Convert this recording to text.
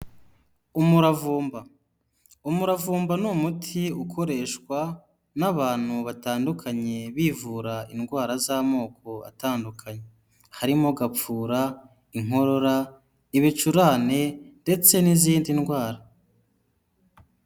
Umuravumba, umuravumba ni umuti ukoreshwa n'abantu batandukanye bivura indwara z'amoko atandukanye, harimo gapfura, inkorora ,ibicurane ndetse n'izindi ndwara.